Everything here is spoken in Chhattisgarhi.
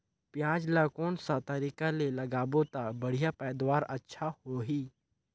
पियाज ला कोन सा तरीका ले लगाबो ता बढ़िया पैदावार अच्छा होही?